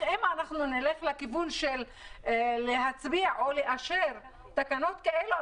אם נלך לכיוון של להצביע או לאשר תקנות כאלה,